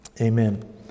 Amen